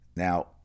Now